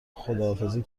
خداحافظی